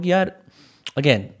again